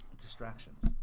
Distractions